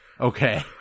Okay